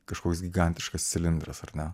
kažkoks gigantiškas cilindras ar ne